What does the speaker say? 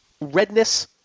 redness